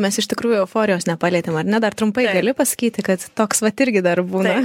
mes iš tikrųjų euforijos nepalietėm ar ne dar trumpai gali pasakyti kad toks vat irgi dar būna